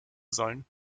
sollen